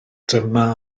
dyma